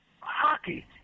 hockey